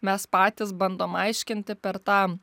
mes patys bandom aiškinti per tą